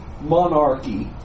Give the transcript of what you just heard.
monarchy